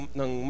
ng